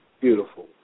Beautiful